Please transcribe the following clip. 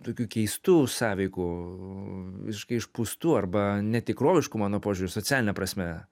tokių keistų sąveikų visiškai išpūstų arba netikroviškų mano požiūriu socialine prasme